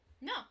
No